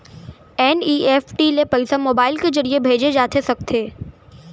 NEFT ले पइसा mobile के ज़रिए भेजे जाथे सकथे?